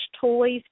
toys